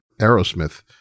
Aerosmith